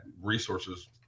resources